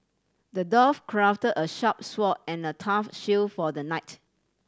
the dwarf crafted a sharp sword and a tough shield for the knight